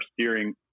steering